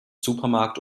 supermarkt